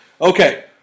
Okay